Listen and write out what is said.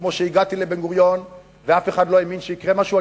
כמו שהגעתי לאוניברסיטת בן-גוריון ואף אחד לא האמין שיקרה משהו.